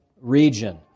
region